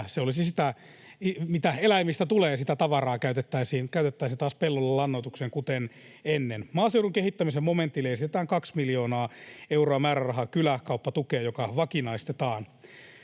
sitä tavaraa, mitä eläimistä tulee, käytettäisiin taas pellolla lannoitukseen kuten ennen. Maaseudun kehittämisen momentille esitetään kaksi miljoonaa euroa määrärahaa kyläkauppatukeen, joka vakinaistetaan.